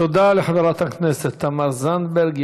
תודה לחברת הכנסת תמר זנדברג.